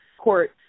court